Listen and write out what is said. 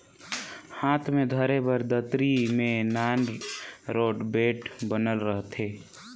हाथ मे धरे बर दतरी मे नान रोट बेठ बनल रहथे